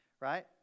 right